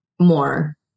more